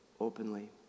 openly